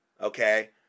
Okay